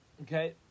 okay